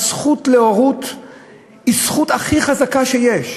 הזכות להורות היא הזכות הכי חזקה שיש.